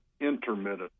intermittent